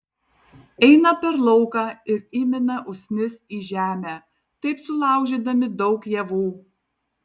eina per lauką ir įmina usnis į žemę taip sulaužydami daug javų